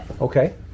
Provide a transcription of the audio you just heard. Okay